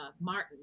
Martin